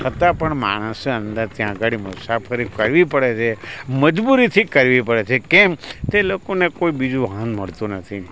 છતાં પણ માણસે અંદર ત્યાં આંગળી મુસાફરી કરવી પડે છે મજબૂરીથી કરવી પડે છે કેમ એ લોકોને કોઈ બીજું કોઈ વાહન મળતું નથી